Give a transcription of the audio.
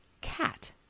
cat